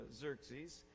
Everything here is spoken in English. Xerxes